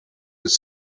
was